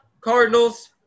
Cardinals